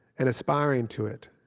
and aspiring to it,